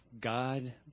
god